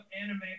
anime